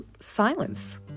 silence